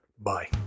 Bye